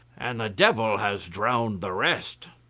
and the devil has drowned the rest.